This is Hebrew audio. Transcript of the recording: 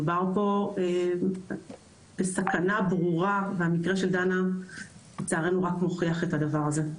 מדובר פה בסכנה ברורה והמקרה של דנה לצערנו רק מוכיח את הדבר הזה.